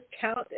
count